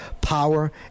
power